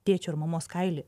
tėčio ir mamos kaily